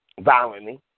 violently